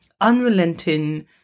unrelenting